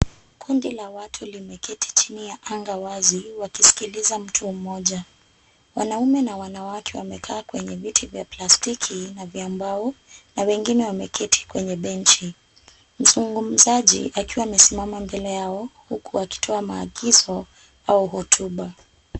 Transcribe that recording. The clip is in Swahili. Kundi la watu limeketi chini ya anga wazi wakisikiliza mtu mmoja. Wanaume na wanawake wamekaa kwenye viti vya plastiki na vya mbao na wengine wameketi kwenye benchi. Mzungumzaji akiwa amesimama mbele yao huku akitoa maagizo au hotuba.